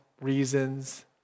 reasons